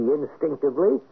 instinctively